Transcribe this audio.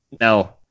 No